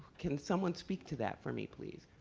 can someone speak to that for me, please?